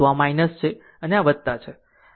તો આ છે અને આ છે